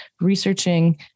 researching